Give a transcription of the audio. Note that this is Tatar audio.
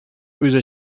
үзе